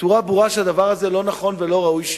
בצורה ברורה, שהדבר הזה לא נכון ולא ראוי שיקרה.